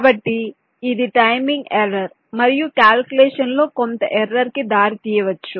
కాబట్టి ఇది timing error మరియు కాల్కులేషన్ లో కొంత ఎర్రర్ కి దారితీయవచ్చు